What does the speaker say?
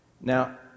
Now